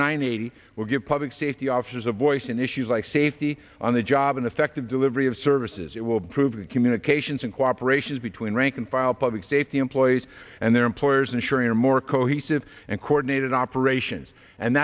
ninety eight will give public safety officers a voice in issues like safety on the job and effective delivery of services it will prove that communications and cooperation between rank and file public safety employees and their employers ensuring a more cohesive and coordinated operations and